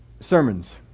sermons